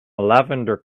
lavender